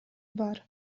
бар